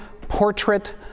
portrait